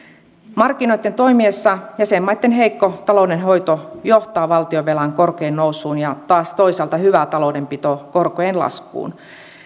markkinoitten toimiessa jäsenmaitten heikko taloudenhoito johtaa valtionvelan korkojen nousuun ja taas toisaalta hyvä taloudenpito korkojen laskuun